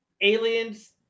Aliens